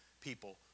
people